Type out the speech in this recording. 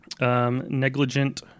Negligent